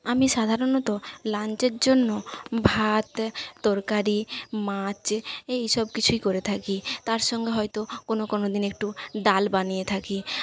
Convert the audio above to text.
আমি সাধারণত লাঞ্চের জন্য ভাত তরকারি মাছ এই সব কিছুই করে থাকি তার সঙ্গে হয়তো কোন কোন দিন একটু ডাল বানিয়ে থাকি